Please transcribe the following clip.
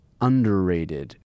underrated